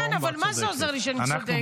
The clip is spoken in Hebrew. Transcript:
כן, אבל מה זה עוזר לי שאני צודקת?